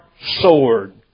sword